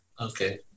Okay